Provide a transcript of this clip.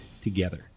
together